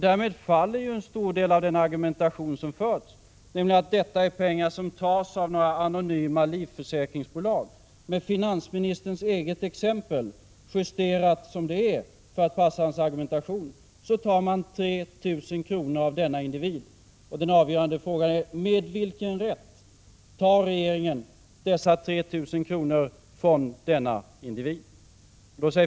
Därmed faller en stor del av den argumentation som förts, nämligen att detta är pengar som tas av några anonyma livförsäkringsbolag. Med finansministerns exempel, justerat för att passa hans argumentation, tar regeringen 3 000 kr. av denna individ. Den avgörande frågan är: Med vilken rätt tar regeringen dessa 3 000 kr. från denna individ?